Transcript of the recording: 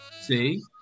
See